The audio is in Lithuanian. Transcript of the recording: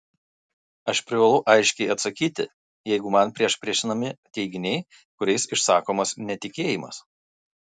aš privalau aiškiai atsakyti jeigu man priešpriešinami teiginiai kuriais išsakomas netikėjimas